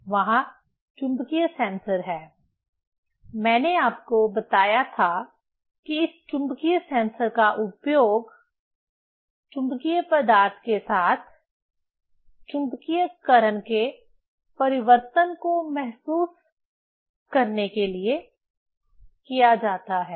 वहाँ चुंबकीय सेंसर है मैंने आपको बताया था कि इस चुंबकीय सेंसर का उपयोग चुंबकीय पदार्थ के साथ चुंबकीयकरण के परिवर्तन को महसूस करने के लिए किया जाता है